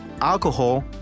alcohol